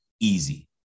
Easy